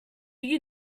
you